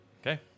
Okay